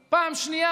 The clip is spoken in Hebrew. שנית,